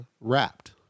Wrapped